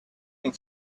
and